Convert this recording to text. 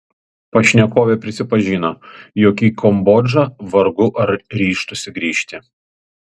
pašnekovė prisipažino jog į kambodžą vargu ar dar ryžtųsi grįžti